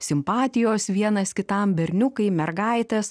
simpatijos vienas kitam berniukai mergaitės